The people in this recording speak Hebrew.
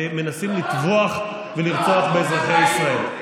מנסים לטבוח ולרצוח באזרחי ישראל.